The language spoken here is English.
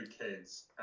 kids